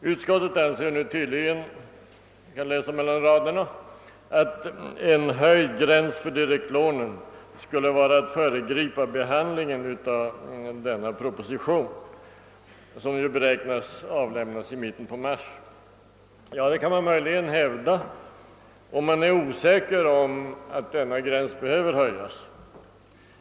Utskottet anser nu tydligen, kan jag läsa mellan raderna, att en höjd gräns för direktlånen skulle innebära att man föregriper behandlingen av propositionen, som ju beräknas avlämnas i mitten av mars. Det kan man möjligen hävda, om man är osäker om huruvida denna gräns behöver höjas.